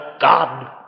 God